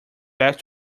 back